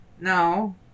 No